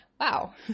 Wow